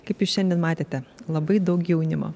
kaip jūs šiandien matėte labai daug jaunimo